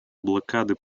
блокады